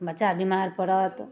बच्चा बीमार पड़त